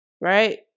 right